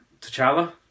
T'Challa